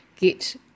get